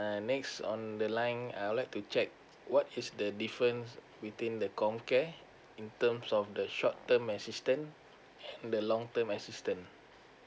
uh the next on the line I would like to check what is the difference between the comcare in terms of the short term assistance and the long term assistance